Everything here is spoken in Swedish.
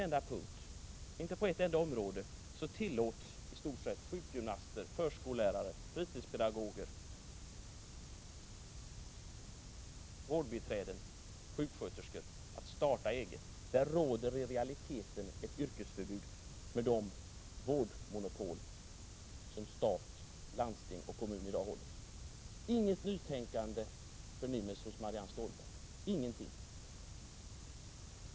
Men jag konstaterar att vare sig sjukgymnaster, förskollärare, fritidspedagoger, vårdbiträden eller sjuksköterskor tillåts att starta eget — där råder i realiteten ett yrkesförbud med de vårdmonopol som stat, landsting och kommuner i dag har. Inget nytänkande förnimms hos Marianne Stålberg, ingenting!